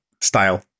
style